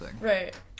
right